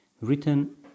written